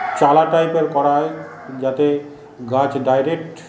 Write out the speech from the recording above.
চালা টাইপের করা হয় যাতে গাছ ডাইরেক্ট